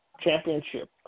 championship